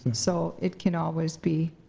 so it can always be,